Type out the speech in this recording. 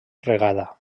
regada